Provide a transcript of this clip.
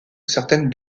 certaines